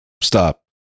stop